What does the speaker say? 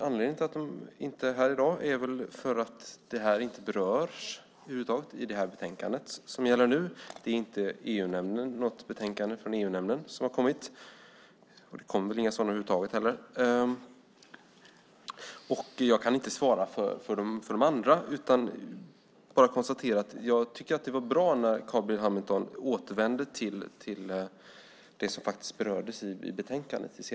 Anledningen till att de inte är här i dag är väl för att den frågan över huvud taget inte berörs i det betänkande som nu debatteras. Det är inte något betänkande från EU-nämnden som kommit, och det kommer väl inga sådana heller. Jag kan inte svara för de andra utan bara konstatera att jag tyckte det var bra när Carl B Hamilton senare återvände till det som berörs i betänkandet.